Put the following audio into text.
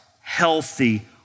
healthy